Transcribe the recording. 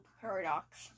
Paradox